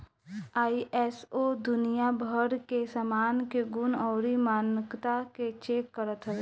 ISO दुनिया भर के सामान के गुण अउरी मानकता के चेक करत हवे